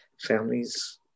families